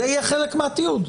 זה יהיה חלק מהתיעוד.